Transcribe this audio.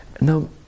Now